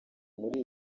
muri